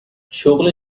شغل